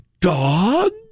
dog